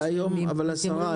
אבל השרה,